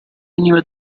veniva